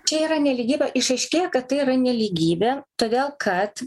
čia yra nelygybė išaiškėja kad tai yra nelygybė todėl kad